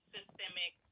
Systemic